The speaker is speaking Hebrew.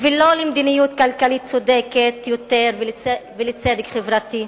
ולא למדיניות כלכלית צודקת יותר ולצדק חברתי.